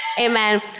Amen